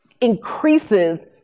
increases